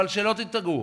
אבל שלא תדאגו.